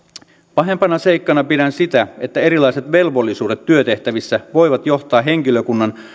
pahempana seikkana pidän sitä että erilaiset velvollisuudet työtehtävissä voivat johtaa henkilökunnan